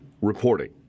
reporting